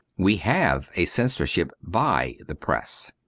we have a censor ship by the press.